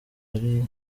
ari